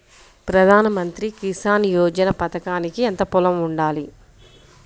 ప్రధాన మంత్రి కిసాన్ యోజన పథకానికి ఎంత పొలం ఉండాలి?